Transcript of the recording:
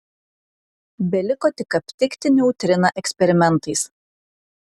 beliko tik aptikti neutriną eksperimentais